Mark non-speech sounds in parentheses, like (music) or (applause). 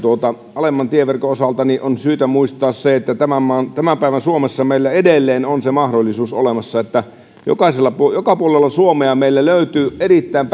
alemman tieverkon osalta on syytä muistaa se että tämän päivän suomessa meillä edelleen on olemassa se mahdollisuus että joka puolella suomea meillä löytyy erittäin (unintelligible)